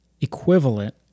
equivalent